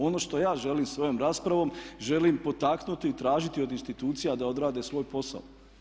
Ono što ja želim svojom raspravom, želim potaknuti i tražiti od institucija da odrade svoj posao.